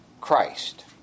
Christ